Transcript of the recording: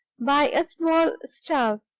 by a small stove